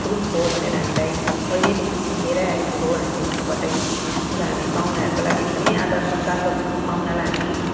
रूप हो भनेर हामीलाई पहिलेदेखि सिकेर आएको हो हामीले घरबाट र हामी पाहुनाहरूको लागि एकदम आदर सत्कार गर्छौँ पाहुनालाई हामी